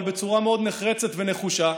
אבל בצורה מאוד נחרצת ונחושה,